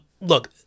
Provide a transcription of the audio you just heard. look